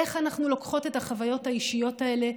איך אנחנו לוקחות את החוויות האישיות האלה,